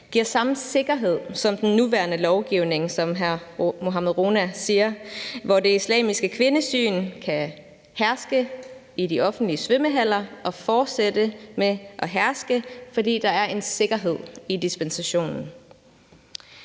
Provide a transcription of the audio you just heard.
giver samme sikkerhed som den nuværende lovgivning, som hr. Mohammad Rona siger, hvor det islamiske kvindesyn kan herske i de offentlige svømmehaller og fortsætte med herske, fordi der er en sikkerhed i dispensationen.